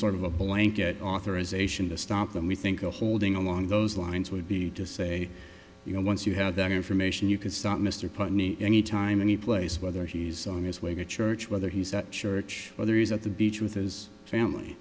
sort of a blanket authorization to stop them we think a holding along those lines would be to say you know once you have that information you can stop mr putney any time any place whether he's on his way to church whether he's at church whether is at the beach with his family